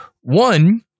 One